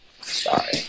sorry